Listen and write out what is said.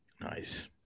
Nice